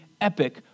epic